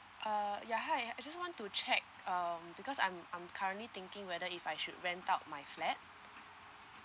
uh ya hi I just want to check um because I'm I'm currently thinking whether if I should rent out my flat